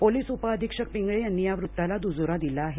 police उप अधीक्षक पिंगळे यांनी या वृत्ताला दुजोरा दिला आहे